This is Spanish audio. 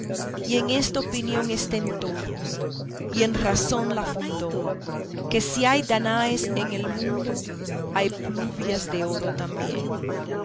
y en esta opinión estén todos y en razón la fundo que si hay dánaes en el mundo hay pluvias de oro también